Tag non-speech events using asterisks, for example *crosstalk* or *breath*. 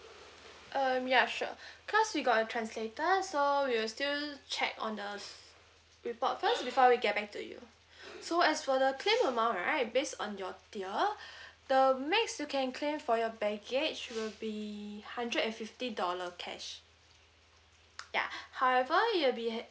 um ya sure *breath* cause we got a translator so we will still check on the s~ report first before we get back to you *breath* so as for the claim amount right based on your tier *breath* the max you can claim for your baggage will be hundred and fifty dollar cash *noise* ya *breath* however you will be